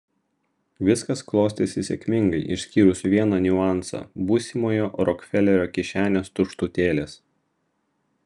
viskas klostėsi sėkmingai išskyrus vieną niuansą būsimojo rokfelerio kišenės tuštutėlės